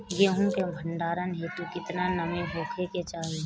गेहूं के भंडारन हेतू कितना नमी होखे के चाहि?